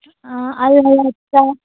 ꯑꯥ ꯑꯜ ꯍꯌꯥꯠꯇ